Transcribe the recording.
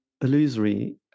Illusory